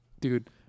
dude